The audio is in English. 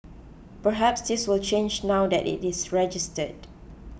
perhaps this will change now that it is registered